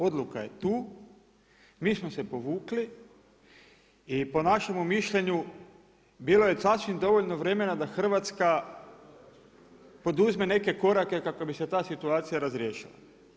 Odluka je tu, mi smo se povukli i po našemu mišljenju bilo je sasvim dovoljno vremena da Hrvatska poduzme neke korake kako bi se ta situacija razriješila.